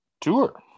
tour